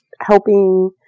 helping